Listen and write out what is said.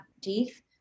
teeth